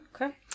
Okay